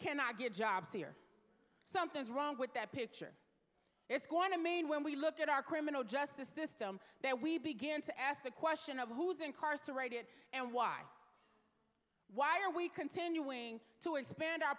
cannot get jobs here something's wrong with that picture it's going to mean when we look at our criminal justice system that we begin to ask the question of who's incarcerated and why why are we continuing to expand our